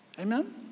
Amen